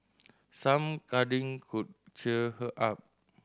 some cuddling could cheer her up